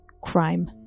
crime